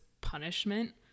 punishment